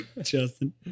Justin